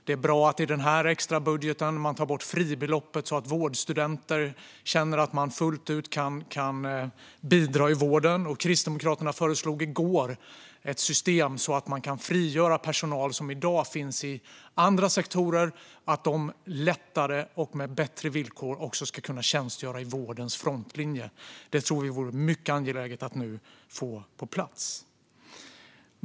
Det är bra att i den här extrabudgeten ta bort fribeloppet så att vårdstudenter känner att de fullt ut kan bidra i vården. Kristdemokraterna föreslog i går ett system som gör att man kan frigöra personal som i dag finns i andra sektorer så att de lättare och med bättre villkor också ska kunna tjänstgöra i vårdens frontlinje. Det tror vi vore mycket angeläget att nu få på plats.